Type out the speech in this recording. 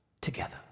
together